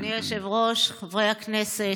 אדוני היושב-ראש, חברי הכנסת,